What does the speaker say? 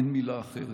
אין מילה אחרת.